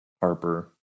Harper